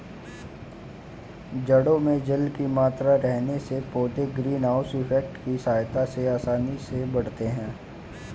जड़ों में जल की मात्रा रहने से पौधे ग्रीन हाउस इफेक्ट की सहायता से आसानी से बढ़ते हैं